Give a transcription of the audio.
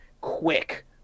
Quick